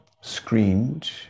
screened